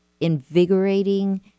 invigorating